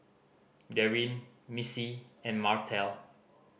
Darryn Missy and Martell